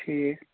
ٹھیٖک